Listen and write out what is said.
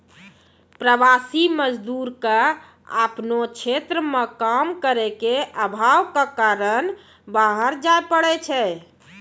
प्रवासी मजदूर क आपनो क्षेत्र म काम के आभाव कॅ कारन बाहर जाय पड़ै छै